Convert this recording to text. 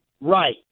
Right